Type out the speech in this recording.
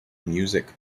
music